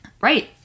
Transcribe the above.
Right